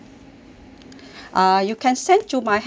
uh you can send to my handphone